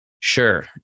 Sure